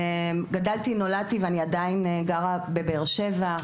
גדלתי נולדתי ואני עדיין גרה בבאר שבע,